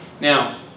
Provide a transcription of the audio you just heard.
Now